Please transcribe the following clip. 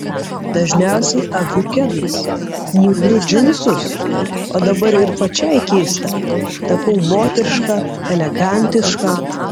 dažniausiai aviu kedais mūviu džinsus o dabar ir pačiai keista tapau moteriška elegantiška